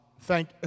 thank